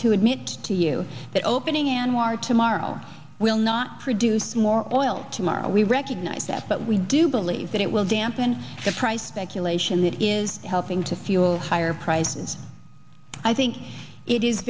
to admit to you that opening anwar tomorrow will not produce more oil tomorrow we recognize that but we do believe that it will dampen the price speculation that is helping to fuel higher prices i think it is